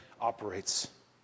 operates